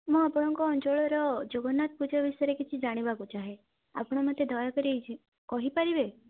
ମୁଁ ଆପଣଙ୍କ ଅଞ୍ଚଳର ଜଗନ୍ନାଥ ପୂଜା ବିଷୟରେ କିଛି ଜାଣିବାକୁ ଚାହେଁ ଆପଣ ମୋତେ ଦୟାକରି କହି ପାରିବେ